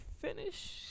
finish